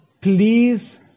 Please